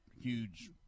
huge